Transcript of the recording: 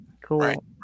cool